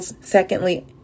Secondly